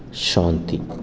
ஷாந்தி